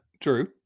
True